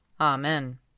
Amen